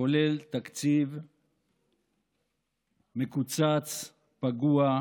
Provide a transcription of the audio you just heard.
כולל תקציב מקוצץ, פגוע,